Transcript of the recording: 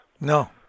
no